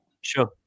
Sure